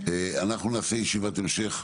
אנחנו נעשה ישיבת המשך,